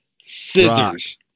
scissors